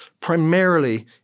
primarily